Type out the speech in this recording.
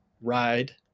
ride